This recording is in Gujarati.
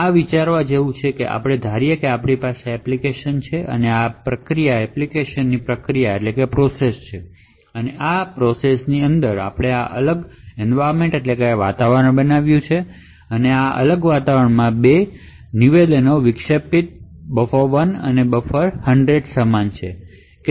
તો આ વિચારવા જેવું છે કે આપણે ધારીએ કે આપણી પાસે આ એપ્લિકેશન છે આ એપ્લિકેશન પ્રોસેસ છે અને આ પ્રોસેસની અંદર આપણે આ અલગ વાતાવરણ બનાવ્યું છે અને આ અલગ વાતાવરણમાં આ બે નિવેદનો ઇન્ટ્રપટ buff10 અને buff 100 છે